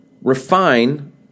refine